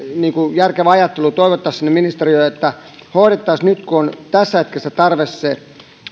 järkevää ajattelua toivottaisiin sinne ministeriöön että hoidettaisiin tämä nyt kun tässä hetkessä tarve on se